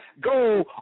go